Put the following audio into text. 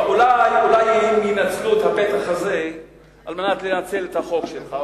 אולי אם הם ינצלו את הפתח הזה על מנת לנצל את החוק שלך,